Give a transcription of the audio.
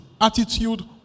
attitude